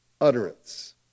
utterance